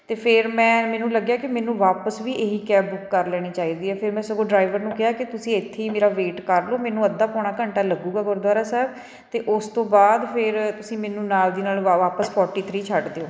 ਅਤੇ ਫਿਰ ਮੈਂ ਮੈਨੂੰ ਲੱਗਿਆ ਕਿ ਮੈਨੂੰ ਵਾਪਸ ਵੀ ਇਹੀ ਕੈਬ ਬੁੱਕ ਕਰ ਲੈਣੀ ਚਾਹੀਦੀ ਹੈ ਫਿਰ ਮੈਂ ਸਗੋਂ ਡਰਾਈਵਰ ਨੂੰ ਕਿਹਾ ਕਿ ਤੁਸੀਂ ਇੱਥੇ ਹੀ ਮੇਰਾ ਵੇਟ ਕਰ ਲਉ ਮੈਨੂੰ ਅੱਧਾ ਪੌਣਾ ਘੰਟਾ ਲੱਗੂਗਾ ਗੁਰਦੁਆਰਾ ਸਾਹਿਬ ਅਤੇ ਉਸ ਤੋਂ ਬਾਅਦ ਫਿਰ ਤੁਸੀਂ ਮੈਨੂੰ ਨਾਲ ਦੀ ਨਾਲ ਵਾ ਵਾਪਸ ਫੋਟੀ ਥ੍ਰੀ ਛੱਡ ਦਿਓ